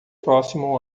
próximo